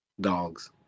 Dogs